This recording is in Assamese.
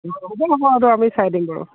অঁ হ'ব হ'ব হ'ব সেইটো আমি চাই দিম বাৰু